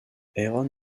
aaron